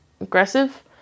aggressive